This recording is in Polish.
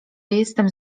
jestem